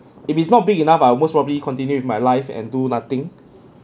if it's not big enough I would most probably continue with my life and do nothing